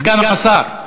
סגן השר,